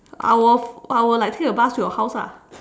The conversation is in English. I will I will like take a bus to your house ah